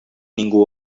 ningú